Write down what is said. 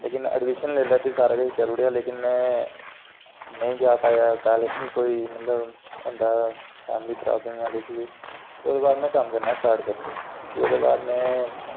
लेकिन ऐडमिशन लेई लैती सारा किश करी ओड़ेआ लेकिन में नेईं जा पाया कालेज लेकिन मतलब होंदा फैमिली प्राब्लम जां किश बी ओह्दे बाद में कम्म करना स्टार्ट करी ओड़ेआ फ्ही में